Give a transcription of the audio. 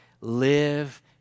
live